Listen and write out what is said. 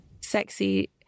Sexy